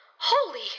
Holy